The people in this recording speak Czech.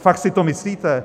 Fakt si to myslíte?